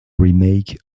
remake